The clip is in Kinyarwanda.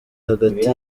hagati